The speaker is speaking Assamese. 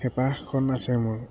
হেঁপাহখন আছে মোৰ